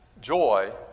joy